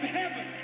heaven